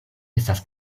estas